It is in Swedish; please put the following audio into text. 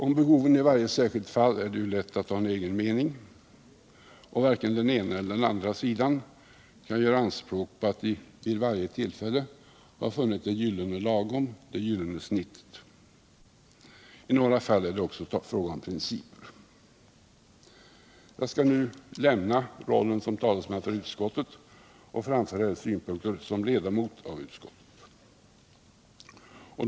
Om behoven i varje särskilt fall är det ju lätt att ha en egen mening och varken den ena eller den andra sidan kan göra anspråk på att vid varje tillfälle ha funnit det gyllene lagom, det gyllene snittet. I några fall är det också fråga om principer. Jag skall nu lämna rollen som talesman för utskottet och framföra synpunkter som ledamot av utskottet.